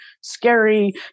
scary